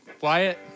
Wyatt